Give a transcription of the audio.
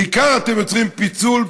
בעיקר אתם יוצרים פיצול,